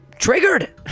Triggered